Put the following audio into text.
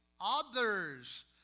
others